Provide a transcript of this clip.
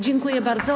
Dziękuję bardzo.